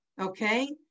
Okay